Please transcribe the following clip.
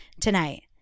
tonight